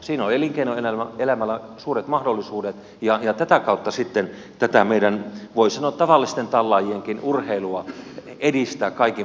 siinä on elinkeinoelämällä suuret mahdollisuudet ja tätä kautta se sitten tätä meidän voi sanoa tavallisten tallaajienkin urheilua edistää kaikin mahdollisin keinoin